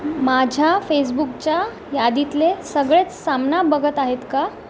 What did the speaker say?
माझ्या फेसबुकच्या यादीतले सगळेच सामना बघत आहेत का